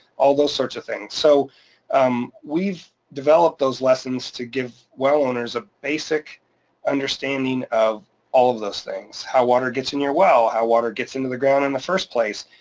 all those sorts of things. so um we've developed those lessons to give well owners a basic understanding of all of those things, how water gets in your well, how water gets into the ground in the first place,